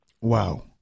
Wow